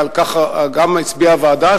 ועל כך גם הצביעה הוועדה,